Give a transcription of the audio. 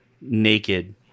naked